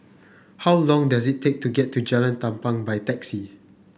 how long does it take to get to Jalan Tampang by taxi